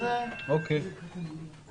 אליך